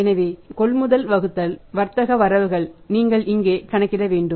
எனவே கொள்முதல் வகுத்தல் வர்த்தக வரவுகள் நீங்கள் இங்கே கணக்கிட வேண்டும்